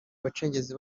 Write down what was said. abacengezi